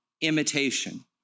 imitation